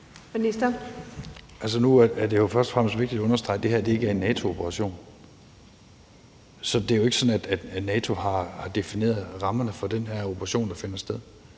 Poulsen): Nu er det først og fremmest vigtigt at understrege, at det her ikke er en NATO-operation, så det er jo ikke sådan, at NATO har defineret rammerne for den her operation, der finder sted.